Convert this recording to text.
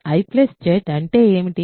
I J అంటే ఏమిటి